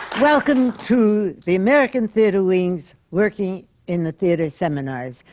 welcome to the american theatre wing's working in the theatre seminars.